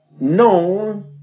known